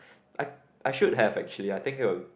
I I should have actually I think